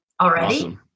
already